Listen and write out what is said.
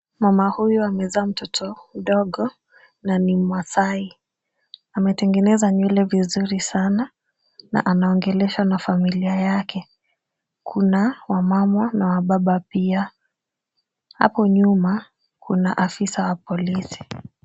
Mama huyu amezaa mtoto mdogo na ni mmaasai. Ametengeneza nywele vizuri sana na anaongeleshwa na familia yake. Kuna wamama na wababa pia. Hapo nyuma kuna afisa wa polisi.